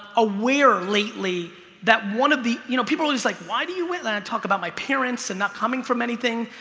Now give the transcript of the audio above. aware lately that one of the, you, know people are just like, why do you win? then i talk about my parents and not coming from anything.